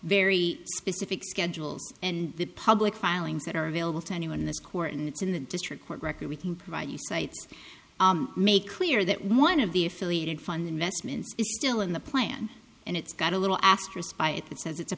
very specific schedules and the public filings that are available to anyone in this court and it's in the district court record we can provide cites make clear that one of the affiliated fund investments is still in the plan and it's got a little asterisk by it that says it's a